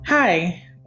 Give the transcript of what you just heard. Hi